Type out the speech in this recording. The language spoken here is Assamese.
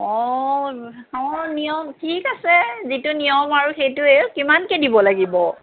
অঁ অঁ নিয়ম ঠিক আছে যিটো নিয়ম আৰু সেইটোৱে কিমানকৈ দিব লাগিব